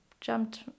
jumped